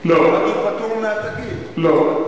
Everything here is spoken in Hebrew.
לא,